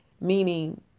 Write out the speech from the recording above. meaning